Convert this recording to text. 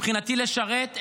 מבחינתי לשרת,